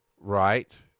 right